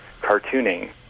cartooning